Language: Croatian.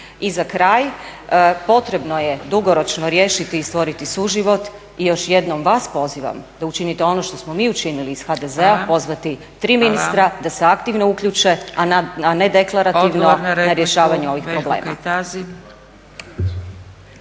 I za kraj potrebno je dugoročno riješiti i stvoriti suživot i još jednom vas pozivam da učinite ono što smo mi učinili iz HDZ-a, pozvati tri ministra da se aktivno uključe a ne deklarativno na rješavanju ovih problema.